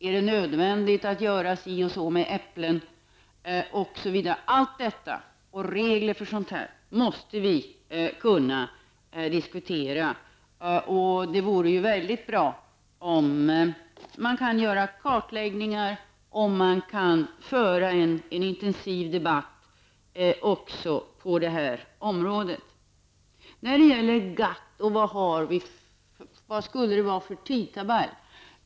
Är det nödvändigt att göra si och så med äpplen, osv? Reglerna för allt detta måste vi kunna diskutera, och det vore mycket bra om man kan genomföra kartläggningar och föra en intensiv debatt också på detta område. Så till frågan om GATT och vilken tidtabell som är aktuell.